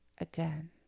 Again